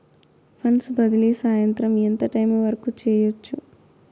funds బదిలీ సాయంత్రం ఎంత టైము వరకు చేయొచ్చు